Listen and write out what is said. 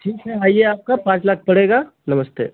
ठीक है आइए आपका पाँच लाख पड़ेगा नमस्ते